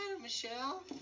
Michelle